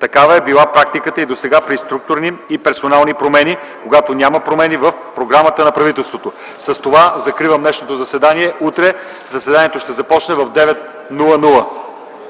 Такава е била практиката и досега при структурни и персонални промени, когато няма промени в програмата на правителството. С това закривам днешното заседание. Утре заседанието ще започне в 9,00